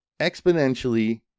exponentially